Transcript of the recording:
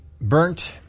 burnt